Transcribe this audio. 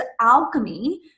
alchemy